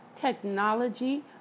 technology